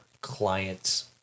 client's